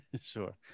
Sure